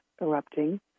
erupting